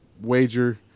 wager